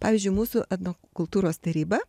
pavyzdžiui mūsų etnokultūros taryba